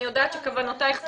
אני יודעת שכוונותייך טובות.